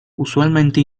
usualmente